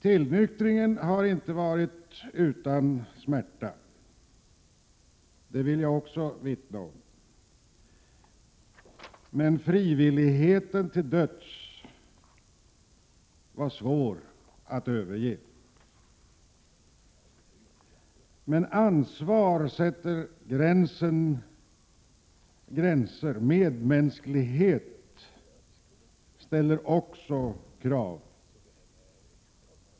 Tillnyktringen har inte varit utan smärta — det vill jag också vittna om. Frivilligheten till döds var svår att överge. Men ansvar sätter gränser, och medmänsklighet ställer också krav.